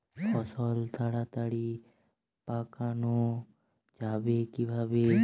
ফসল তাড়াতাড়ি পাকানো যাবে কিভাবে?